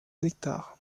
nectar